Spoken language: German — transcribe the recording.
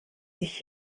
sich